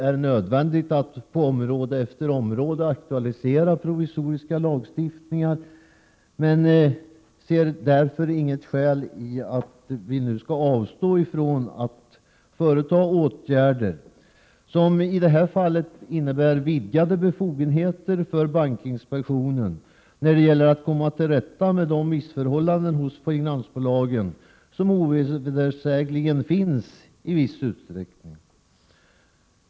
1987/88:133 område efter område aktualisera provisoriska lagstiftningar, men ser inget — 3 juni 1988 skäl till att vi nu avstår från åtgärder, som i detta fall innebär vidgade befogenheter för bankinspektionen när det gäller att komma till rätta med de missförhållanden i finansbolagen, som ovedersägligen finns i viss utsträckning.